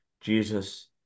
Jesus